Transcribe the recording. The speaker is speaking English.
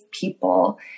people